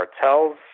cartels